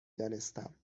دانستم